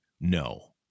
No